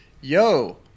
yo